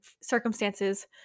circumstances